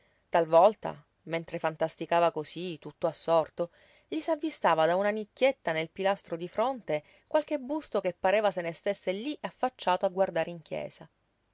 talvolta mentre fantasticava cosí tutto assorto gli s'avvistava da una nicchietta nel pilastro di fronte qualche busto che pareva se ne stesse lí affacciato a guardare in chiesa